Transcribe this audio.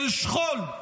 של שכול.